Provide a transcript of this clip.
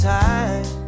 time